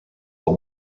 but